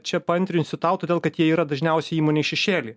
čia paantrinsiu tau todėl kad jie yra dažniausiai įmonėj šešėly